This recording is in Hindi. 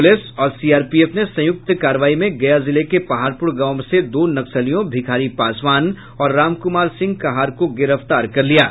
पुलिस और सीआरपीएफ ने संयुक्त कार्रवाई में गया जिले के पहाड़पुर गांव से दो नक्सलियों भिखारी पासवान और राम कुमार सिंह कहार को गिरफ्तार किया है